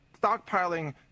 stockpiling